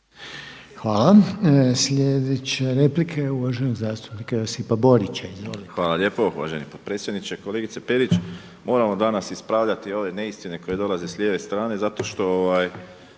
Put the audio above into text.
Hvala. Sljedeća replika je uvaženog zastupnika Josipa Borića. Izvolite. **Borić, Josip (HDZ)** Hvala lijepo uvaženi potpredsjedniče. Kolegice Perić, moramo danas ispravljati ove neistine koje dolaze s lijeve strane zato što